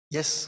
Yes